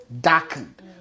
darkened